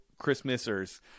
Christmasers